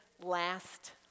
last